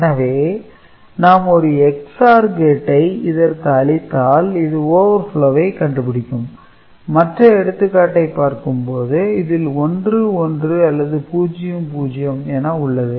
எனவே நாம் ஒரு XOR கேட்டை இதற்கு அளித்தால் இது overflow ஐ கண்டு பிடிக்கும் மற்ற எடுத்துக்காட்டை பார்க்கும்போது இதில் 1 1 அல்லது 0 0 என உள்ளது